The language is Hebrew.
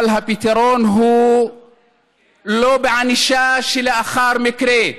אבל הפתרון הוא לא בענישה שלאחר מקרה,